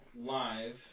live